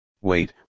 wait